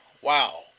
Wow